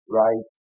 right